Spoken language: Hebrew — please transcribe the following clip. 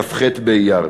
כ"ח באייר.